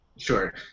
Sure